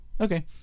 Okay